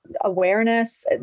awareness